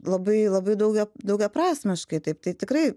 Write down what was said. labai labai daugia daugiaprasmiškai taip tai tikrai